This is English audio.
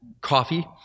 coffee